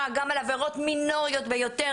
וזה גם בגין עבירות מינוריות ביותר.